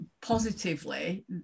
positively